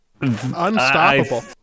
unstoppable